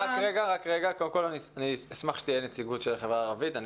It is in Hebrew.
אשמח שתהיה נציגות של החברה הערבית,